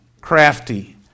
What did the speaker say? crafty